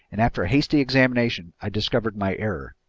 and after a hasty examination i discovered my error.